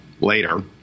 later